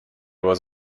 was